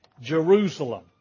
Jerusalem